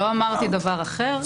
לא אמרתי דבר אחר,